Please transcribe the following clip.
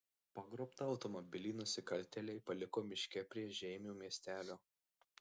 pagrobtą automobilį nusikaltėliai paliko miške prie žeimių miestelio